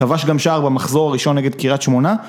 כבש גם שער במחזור ראשון נגד קיריית שמונה